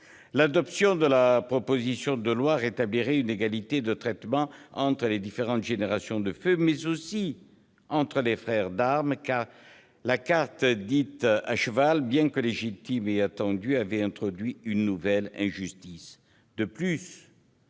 L'adoption de la proposition de loi rétablirait une égalité de traitement entre les différentes générations du feu, mais aussi entre les frères d'armes, car la carte dite « à cheval », bien que légitime et attendue, avait introduit une nouvelle injustice. De plus,